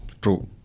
True. (